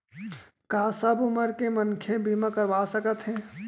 का सब उमर के मनखे बीमा करवा सकथे?